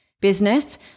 business